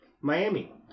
Miami